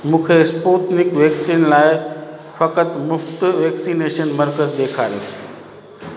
मूंखे Sputnik vaccine लाइ फकत मुफ़्त वैक्सनेशन मर्कज़ ॾेखारियो